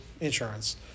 insurance